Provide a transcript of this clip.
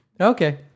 okay